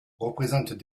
représentent